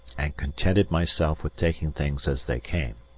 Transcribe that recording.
and contented myself with taking things as they came.